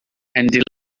and